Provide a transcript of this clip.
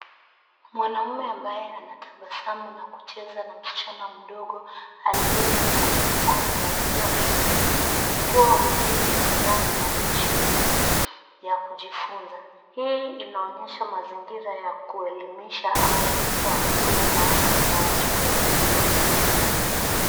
Mwanaume ambaye anatabasamu na kucheza na msichana mdogo aliye na ugonjwa wa down syndrome wakiwa wameketi mezani na michezo ya kujifunza. Hii inaonyesha mazingira ya kuelimisha au kutoa huduma maalum kwa watoto wenye mahitaji maalum.